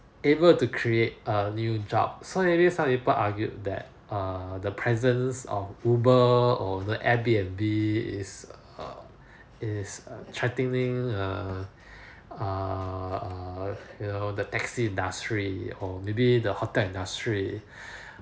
able to create err new job so maybe some people argued that err the presence of uber or airbnb is err is threatening err err err you know the taxi industry or maybe the hotel industry